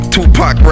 Tupac